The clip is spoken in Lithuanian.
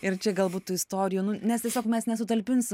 ir čia galbūt tų istorijų nu nes tiesiog mes nesutalpinsim